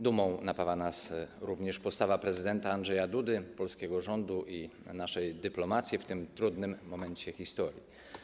Dumą napawa nas również postawa prezydenta Andrzeja Dudy, polskiego rządu i naszej dyplomacji w tym trudnym momencie historii.